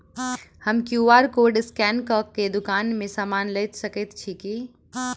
हम QR code scan कऽ केँ दुकान मे समान लऽ सकैत छी की?